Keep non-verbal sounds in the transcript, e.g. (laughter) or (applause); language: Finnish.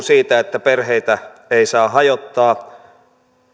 (unintelligible) siitä että perheitä ei saa hajottaa